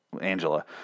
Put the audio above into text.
Angela